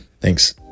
Thanks